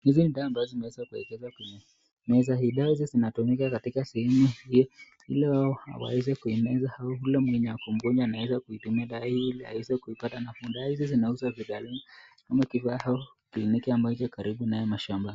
Hizi ni dawa ambazo zimeweza kuwekezwa kwenye meza hii. Dawa hizi zinatumika katika sehemu hii, ili wao waweze kuimeza au yule ako mgonjwa anaweza kuitumia dawa hii ili aweze kuipata nafuu. Dawa hizi zinauzwa bei ghali ama kifaa au kliniki ambayo iko karibu nawe mashambani.